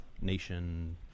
nation